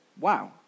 Wow